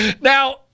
Now